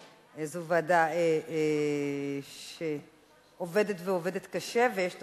זו ועדה שעובדת ועובדת קשה, ויש תוצאות.